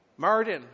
Martin